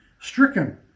stricken